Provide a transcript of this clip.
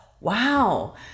Wow